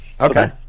okay